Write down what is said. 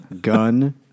gun